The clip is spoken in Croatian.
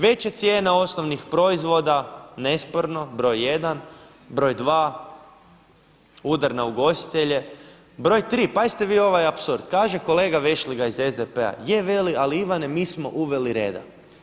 Veće cijene osnovnih proizvoda, nesporno broj jedan, broj dva udar na ugostitelje, broj tri pazite vi ovaj apsurd, kaže kolega VEšligaj iz SDP-a je veli ali Ivane mi smo uveli reda.